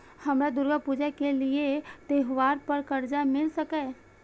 हमरा दुर्गा पूजा के लिए त्योहार पर कर्जा मिल सकय?